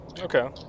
Okay